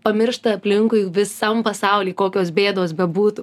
pamiršta aplinkui visam pasauly kokios bėdos bebūtų